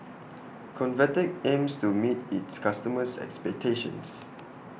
Convatec aims to meet its customers' expectations